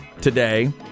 today